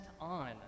on